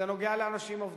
זה נוגע לאנשים עובדים,